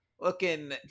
Looking